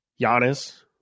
Giannis